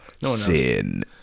Sin